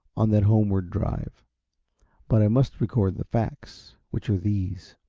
on that homeward drive but i must record the facts, which are these